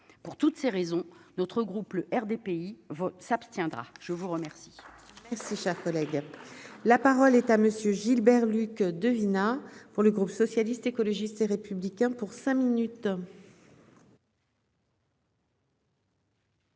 pour toutes ces raisons, notre groupe, le RDPI s'abstiendra je vous remercie. Merci, cher collègue. La parole est à monsieur Gilbert Luc devina pour le groupe socialiste, écologiste et républicain pour cinq minutes.